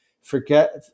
forget